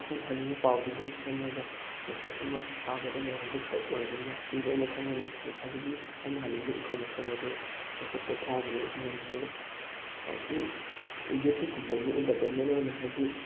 ꯑꯩꯈꯣꯏꯅ ꯍꯥꯏꯅꯤꯡꯕ ꯄꯥꯎꯗꯨ ꯒ꯭ꯔꯨꯞ ꯁꯦꯝꯃꯒ ꯃꯦꯁꯦꯖ ꯑꯃ ꯊꯥꯕꯗ ꯃꯌꯥꯝ ꯒ꯭ꯔꯨꯞꯇ ꯑꯣꯏꯔꯕꯅꯤꯅ ꯃꯤ ꯂꯣꯏꯅ ꯈꯪꯅꯅꯤ ꯑꯗꯒꯤ ꯑꯩꯅ ꯍꯥꯏꯅꯤꯡꯕ ꯏꯟꯐꯣꯔꯃꯦꯁꯟ ꯑꯗꯨ ꯋꯥꯆꯞꯇ ꯊꯥꯕꯗ ꯂꯣꯏꯅ ꯈꯪꯉꯅꯤ ꯑꯗꯨꯒ ꯁꯨꯝ ꯌꯨꯇ꯭ꯌꯨꯕꯀꯨꯝꯕꯁꯤꯅ ꯏꯟꯇꯔꯇꯦꯟꯃꯦꯟ ꯑꯣꯏꯅ ꯍꯥꯏꯗꯤ